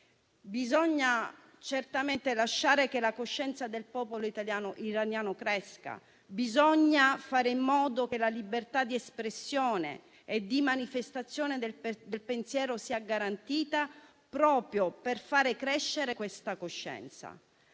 Bisogna certamente lasciare che la coscienza del popolo iraniano cresca, bisogna fare in modo che la libertà di espressione e di manifestazione del pensiero sia garantita, proprio per far crescere questa coscienza.